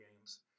games